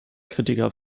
kritiker